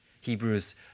Hebrews